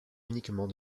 uniquement